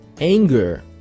Anger